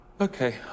Okay